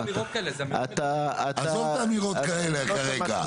אין מקום לאמירות כאלה --- עזוב את האמירות האלה כרגע.